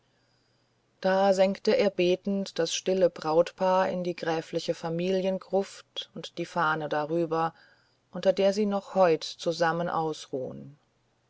da senkte er betend das stille brautpaar in die gräfliche familiengruft und die fahne darüber unter der sie noch heut zusammen